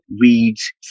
weeds